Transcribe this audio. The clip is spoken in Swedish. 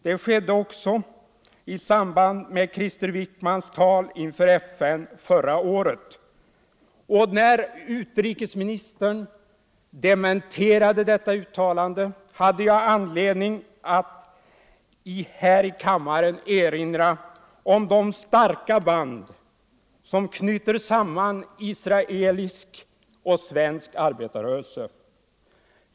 Det skedde också i samband med Krister Wickmans tal inför FN förra året. När utrikesministern dementerade detta uttalande hade jag anledning att här i kammaren erinra om de starka band som knyter samman israelisk och svensk arbetarrörelse.